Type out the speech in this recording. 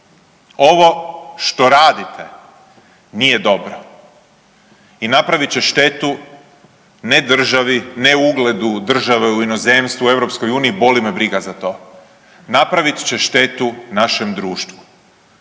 ovo što radite nije dobro i napravit će štetu ne državi, ne ugledu države u inozemstvu u EU boli me briga za to, napravit će štetu našem društvu.